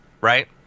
Right